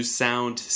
sound